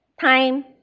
time